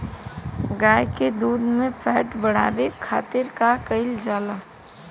गाय के दूध में फैट बढ़ावे खातिर का कइल जाला?